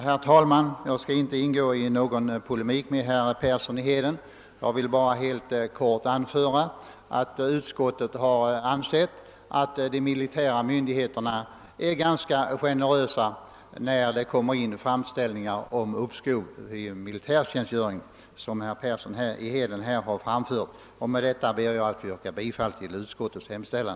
Herr talman! Jag skall inte ingå i någon polemik mot herr Persson i Heden, utan vill bara helt kort anföra att utskottet har ansett att de militära myndigheterna är ganska generösa när det kommer in framställningar om uppskov med militärtjänstgöring, vilket herr Persson i Heden här har framfört en förhoppning om. Med dessa ord ber jag att få yrka bifall till utskottets hemställan.